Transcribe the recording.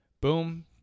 boom